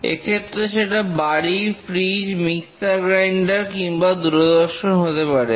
এক্ষেত্রে সেটা গাড়ি ফ্রিজ মিক্সার গ্রাইন্ডার কিংবা দূরদর্শন হতে পারে